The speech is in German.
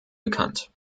bekannt